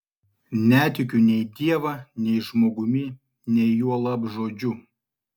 netikiu nei dievą nei žmogumi nei juolab žodžiu